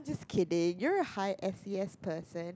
kidding you're a high S_E_S person